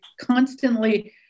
constantly